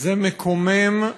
זה מקומם,